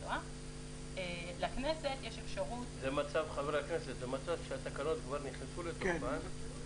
חברי הכנסת, זה מצב שהתקנות כבר נכנסו לתוקפן.